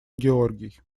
георгий